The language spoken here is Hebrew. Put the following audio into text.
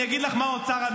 אני אגיד לך גם מה ענו באוצר.